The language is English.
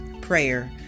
prayer